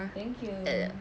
thank you